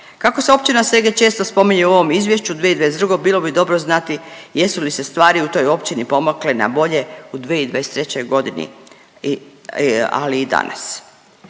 Kako se općina Seget često spominje u ovom izvješću 2022. bilo bi dobro znati jesu li se stvari u toj općini pomakle na bolje u 2023. godini ali i danas.